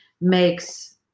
makes